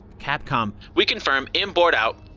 capcom we confirm inboard out.